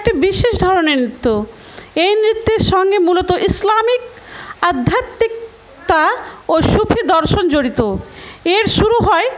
একটি বিশেষ ধরনের নৃত্য এই নৃত্যের সঙ্গে মূলত ইসলামিক আধ্যাত্মিকতা ও সুফি দর্শন জড়িত এর শুরু হয়